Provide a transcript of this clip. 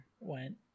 went